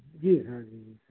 जी हाँ जी